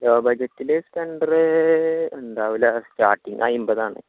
law ബഡ്ജറ്റിൽ Splendor ഉണ്ടാകില്ല starting അൻപതാണ്